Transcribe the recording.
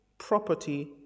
property